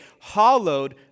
Hallowed